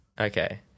Okay